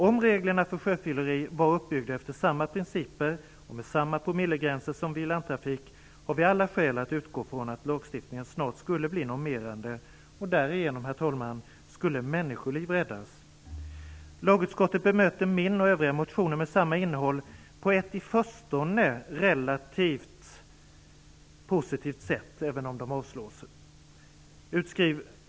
Om reglerna för sjöfylleri var uppbyggda efter samma principer och med samma promillegränser som vid landtrafik har vi goda skäl att utgå från att lagstiftningen snart skulle bli normerande, och därigenom, herr talman, skulle människoliv räddas. Lagutskottet bemöter min och övriga motioner med samma innehåll på ett i förstone relativt positivt sätt, även om de avslås.